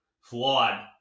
flawed